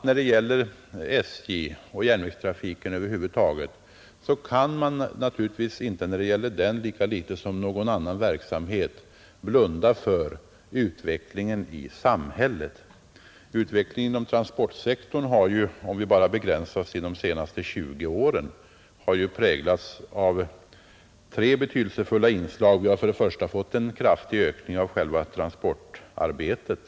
När det gäller SJ och järnvägstrafiken över huvud taget kan man naturligtvis inte, lika litet som när det gäller annan verksamhet, blunda för utvecklingen i samhället. Om vi bara begränsar oss till de senaste 20 åren har utvecklingen inom transportsektorn präglats av tre betydelsefulla inslag. För det första har vi fått en kraftig ökning av själva transportarbetet.